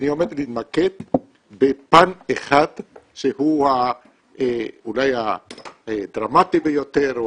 אני עומד להתמקד בפן אחד שהוא אולי הדרמטי ביותר או